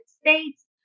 States